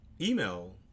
email